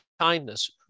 kindness